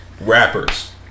Rappers